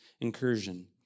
incursion